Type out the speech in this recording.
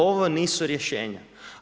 Ovo nisu rješenja.